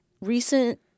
recent